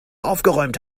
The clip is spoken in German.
aufgeräumt